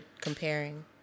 comparing